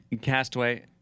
Castaway